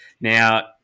Now